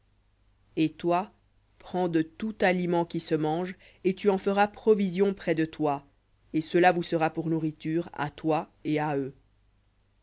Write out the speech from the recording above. et toi prends de tout aliment qui se mange et tu en feras provision près de toi et cela vous sera pour nourriture à toi et à